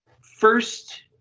first